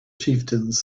chieftains